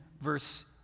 verse